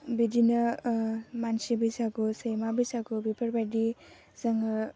बिदिनो मानसि बैसागु सैमा बैसागु बेफोरबायदि जोङो